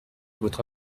votre